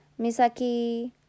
Misaki